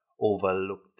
overlooked